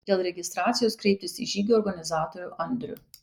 dėl registracijos kreiptis į žygio organizatorių andrių